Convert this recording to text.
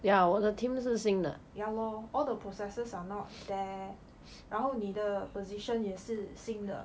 ya lor all the processes are not there 然后你的 position 也是新的